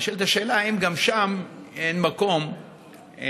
אז נשאלת השאלה אם גם שם אין מקום בשיקול